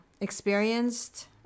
experienced